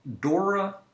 Dora